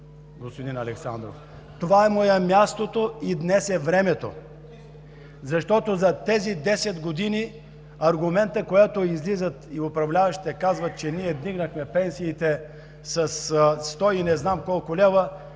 господин Александров. Това му е мястото и днес е времето. Защото за тези десет години аргументът, когато излизат управляващите и казват: „ние вдигнахме пенсиите със сто и не знам колко лева,